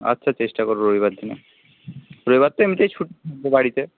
আচ্ছা চেষ্টা করব রবিবার দিন রবিবার তো এমনিতেই ছুটি বাড়িতে